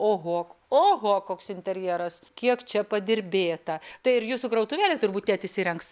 oho oho koks interjeras kiek čia padirbėta tai ir jūsų krautuvėlę turbūt tėtis įrengs